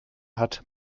hat